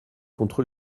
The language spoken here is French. contre